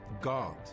God